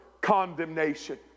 condemnation